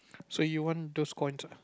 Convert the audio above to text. so you want those coins ah